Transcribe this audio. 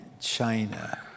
china